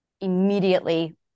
immediately